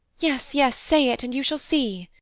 yes, yes! say it, and you shall see.